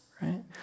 Right